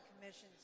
commissions